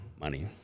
Money